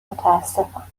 متاسفم